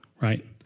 right